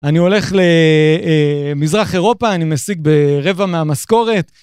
אני הולך למזרח אירופה, אני משיג ברבע מהמזכורת.